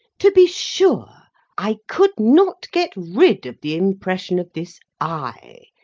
to be sure i could not get rid of the impression of this eye,